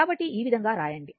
కాబట్టి ఈ విధంగా రాయండి